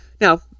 Now